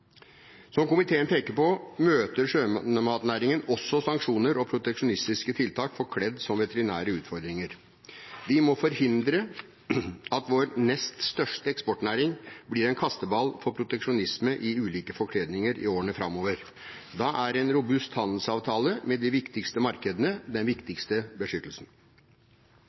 Som komiteen peker på, møter sjømatnæringen også sanksjoner og proteksjonistiske tiltak forkledd som veterinære utfordringer. Vi må forhindre at vår nest største eksportnæring blir en kasteball for proteksjonisme i ulike forkledninger i årene framover. Da er en robust handelsavtale med de viktigste markedene den viktigste beskyttelsen.